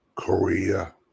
Korea